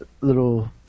little